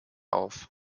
auf